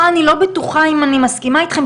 פה אני לא בטוחה שאני מסכימה אתכם,